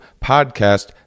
podcast